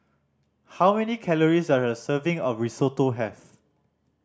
how many calories does a serving of Risotto have